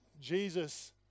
Jesus